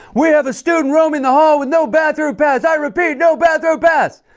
we have a student roaming the hall with no bathroom pass! i repeat, no bathroom pass!